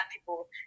people